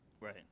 right